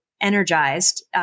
energized